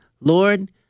Lord